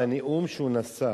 אמרתי: הנאום שהוא נשא.